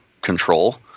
control